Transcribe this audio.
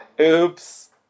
oops